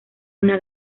una